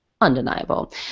Undeniable